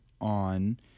on